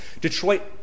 Detroit